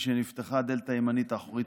משנפתחה הדלת הימנית האחורית,